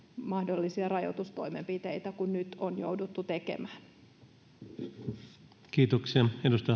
mahdollisia rajoitustoimenpiteitä kuin nyt on jouduttu tekemään